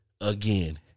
again